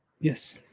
yes